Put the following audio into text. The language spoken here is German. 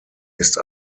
ist